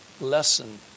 lesson